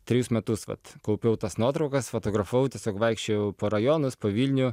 trejus metus vat kaupiau tas nuotraukas fotografavau tiesiog vaikščiojau po rajonus po vilnių